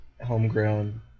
homegrown